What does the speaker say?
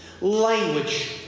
language